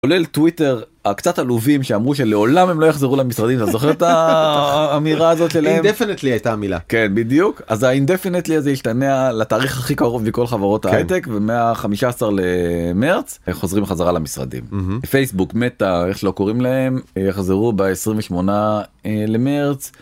עולל טוויטר, הקצת עלובים, שאמרו שלעולם הם לא יחזרו למשרדים. אתה זוכר את האמירה הזאת שלהם? -"אינדפנטלי" הייתה המילה =כן, בדיוק. אז ה"אינדפנטלי" הזה השתנע לתאריך הכי קרוב מכל חברות ההייטק, ומה-15 למרץ חוזרים חזרה למשרדים. -פייסבוק, מטא, איך שלא קוראים להם - יחזרו ב-28 למרץ.